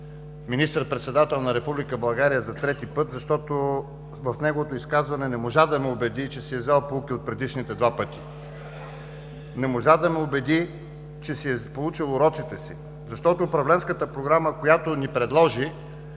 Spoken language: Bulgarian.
министър-председател на Република България за трети път, защото в неговото изказване не можа да ме убеди, че си е взел поуки от предишните два пъти. Не можа да ме убеди, че се поучил от уроците си, защото управленската програма, която ни предложи,